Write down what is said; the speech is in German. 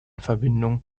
verbindung